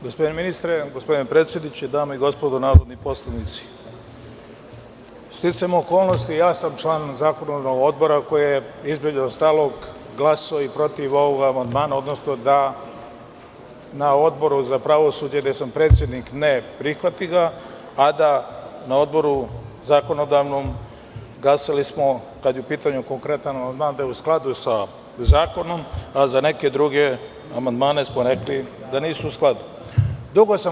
Gospodine ministre, gospodine predsedniče, dame i gospodo narodni poslanici, sticajem okolnosti ja sam član Zakonodavnog odbora koji je, između ostalog, glasao i protiv ovog amandman, odnosno da na Odboru za pravosuđe, gde sam predsednik, ne prihvati ga, a da smo na Zakonodavnom odboru glasali, kada je u pitanju konkretan amandman, da je u skladu sa zakonom, a za neke druge amandmane smo rekli da nisu u skladu.